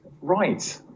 Right